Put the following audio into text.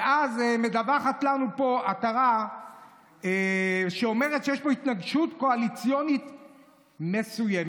ואז מדווחת לנו פה עטרה ואומרת שיש פה התנגשות קואליציונית מסוימת.